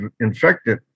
infected